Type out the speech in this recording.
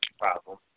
problem